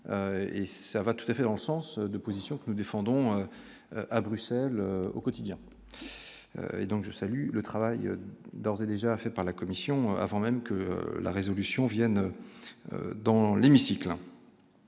et ça va tout à fait de position que nous défendons à Bruxelles au quotidien et donc je salue le travail dans c'est déjà fait par la commission avant même que la résolution viennent dans l'hémicycle.